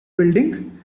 building